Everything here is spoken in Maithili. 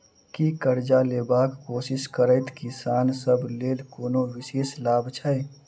की करजा लेबाक कोशिश करैत किसान सब लेल कोनो विशेष लाभ छै?